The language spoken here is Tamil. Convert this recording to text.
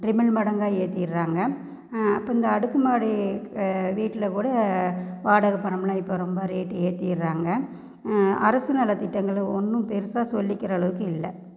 ட்ரிபுள் மடங்காக ஏற்றிறாங்க அப்போ இந்த அடுக்கு மாடி வீட்டில் கூட வாடகை பணமெல்லாம் இப்போ ரொம்ப ரேட்டு ஏற்றிறாங்க அரசு நல திட்டங்களும் ஒன்றும் பெருசாக சொல்லிக்கிற அளவுக்கு இல்லை